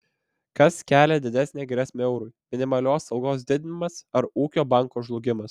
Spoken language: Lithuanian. kas kelia didesnę grėsmę eurui minimalios algos didinimas ar ūkio banko žlugimas